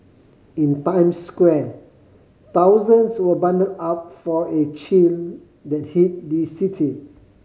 in Times Square thousands were bundled up for a chill that hit the city